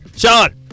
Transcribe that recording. Sean